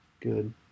good